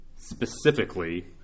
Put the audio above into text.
specifically